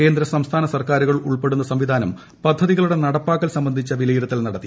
കേന്ദ്ര സംസ്ഥാന സർക്കാരുകൾ ഉൾപ്പെടുന്ന സംവിധാനം പദ്ധതികളുടെ നടപ്പാക്കൽ സംബന്ധിച്ച വിലയിരുത്തൽ നടത്തി